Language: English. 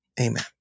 amen